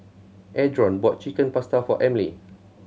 Adron bought Chicken Pasta for Emily